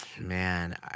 man